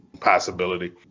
possibility